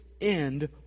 end